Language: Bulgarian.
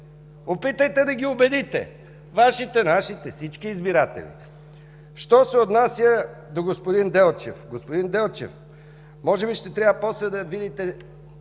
Опитайте да ги убедите – Вашите, нашите, всички избиратели. Що се отнася до господин Делчев. Господин Делчев, може би ще трябва после да видите